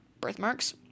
birthmarks